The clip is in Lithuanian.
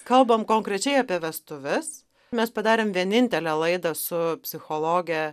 kalbam konkrečiai apie vestuves mes padarėm vienintelę laidą su psichologe